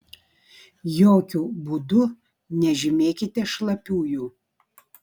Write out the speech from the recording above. jokiu būdu nežymėkite šlapiųjų